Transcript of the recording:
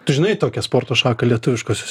tu žinai tokią sporto šaką lietuviškosios